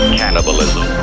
cannibalism